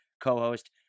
co-host